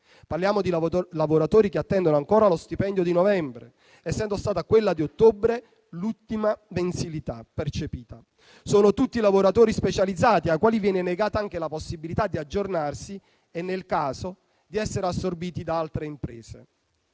Parliamo di lavoratori che attendono ancora lo stipendio di novembre, essendo stata quella di ottobre l'ultima mensilità percepita. Sono tutti i lavoratori specializzati, ai quali viene negata anche la possibilità di aggiornarsi e, nel caso, di essere assorbiti da altre imprese.